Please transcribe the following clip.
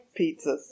pizzas